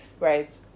Right